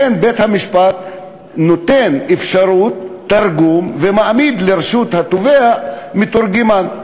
ובית-המשפט נותן אפשרות תרגום ומעמיד לרשות התובע מתורגמן,